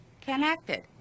connected